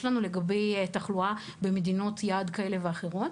לנו לגבי תחלואה במדינות יעד כאלה ואחרות.